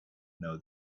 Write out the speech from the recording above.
know